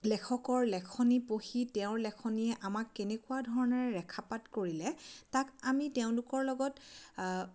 লেখকৰ লিখনি পঢ়ি তেওঁৰ লিখনিয়ে আমাক কেনেকুৱা ধৰণে ৰেখাপাত কৰিলে তাক আমি তেওঁলোকৰ লগত আ